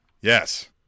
yes